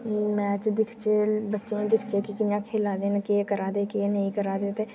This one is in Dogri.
मैच दिखचै बच्चें गी दिखचै कि कि'यां खेढै दे न केह् करै दे केह् नेईं करै दे ते